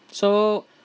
so